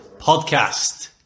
podcast